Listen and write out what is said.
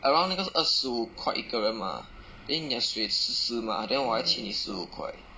around 那个是二十五块一个人:na ge shi err shi wu kuai yi ge ren mah then 你讲水四十 mah then 我还欠你十五块